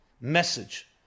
message